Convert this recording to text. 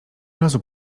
razu